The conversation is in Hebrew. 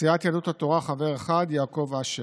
סיעת יהדות התורה, חבר אחד: יעקב אשר,